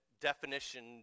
definition